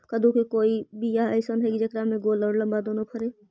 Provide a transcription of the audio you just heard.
कददु के कोइ बियाह अइसन है कि जेकरा में गोल औ लमबा दोनो फरे?